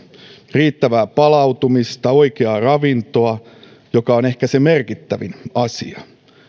riittävää palautumista oikeaa ravintoa joka on ehkä se merkittävin asia